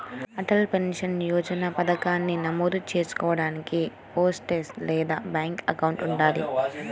Atal pension Yojana పథకానికి నమోదు చేసుకోడానికి పోస్టాఫీస్ లేదా బ్యాంక్ అకౌంట్ ఉండాలి